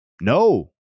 No